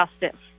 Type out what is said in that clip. justice